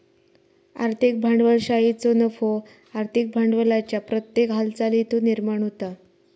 आर्थिक भांडवलशाहीचो नफो आर्थिक भांडवलाच्या प्रत्येक हालचालीतुन निर्माण होता